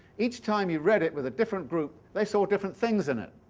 each time you read it with a different group, they saw different things in it.